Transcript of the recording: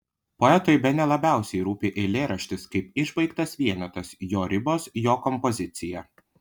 poetui bene labiausiai rūpi eilėraštis kaip išbaigtas vienetas jo ribos jo kompozicija